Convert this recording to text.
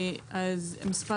בעמוד